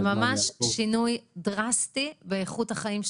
אז זה ממש שינוי דרסטי באיכות החיים שלך.